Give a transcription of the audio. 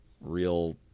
real